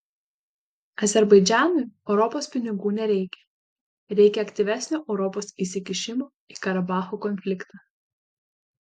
azerbaidžanui europos pinigų nereikia reikia aktyvesnio europos įsikišimo į karabacho konfliktą